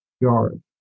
yard